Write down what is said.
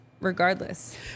regardless